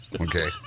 Okay